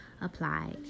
applied